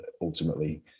ultimately